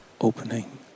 opening